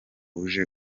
uje